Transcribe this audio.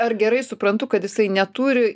ar gerai suprantu kad jisai neturi